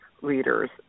leaders